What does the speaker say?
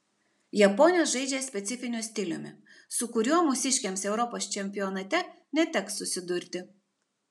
japonės žaidžia specifiniu stiliumi su kuriuo mūsiškėms europos čempionate neteks susidurti